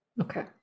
Okay